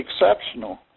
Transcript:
exceptional